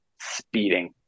Speeding